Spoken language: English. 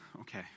okay